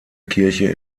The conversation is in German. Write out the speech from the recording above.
kirche